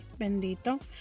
bendito